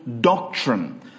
doctrine